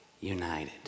united